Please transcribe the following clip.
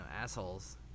assholes